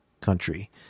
country